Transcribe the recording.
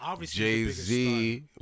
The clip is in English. Jay-Z